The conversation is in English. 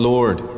Lord